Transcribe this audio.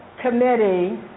Committee